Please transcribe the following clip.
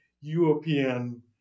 European